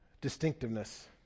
distinctiveness